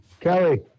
Kelly